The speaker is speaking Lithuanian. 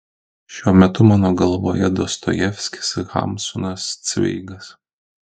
šiuo metu mano galvoje dostojevskis hamsunas cveigas